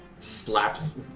Slaps